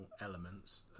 elements